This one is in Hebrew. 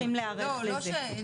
אנחנו צריכים להיערך לזה.